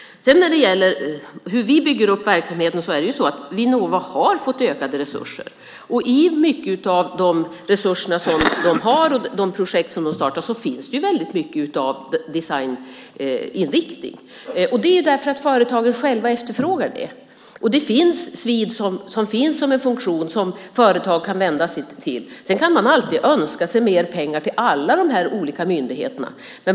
Sedan var det frågan om hur vi bygger upp verksamheten. Vinnova har fått ökade resurser. I de resurser de får och de projekt de startar finns mycket av designinriktning. Det är för att företagen själva efterfrågar det. Svid finns som en funktion som företag kan vända sig till. Sedan kan man alltid önska mer pengar till alla dessa myndigheter.